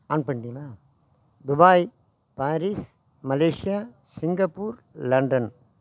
on பண்ணிட்டீங்களா Dubai Paris Malaysia Singapore London